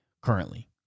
currently